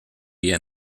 wir